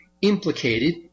implicated